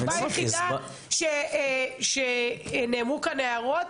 הסיבה היחידה שנאמרו כאן הערות,